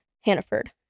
hannaford